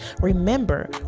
remember